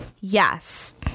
yes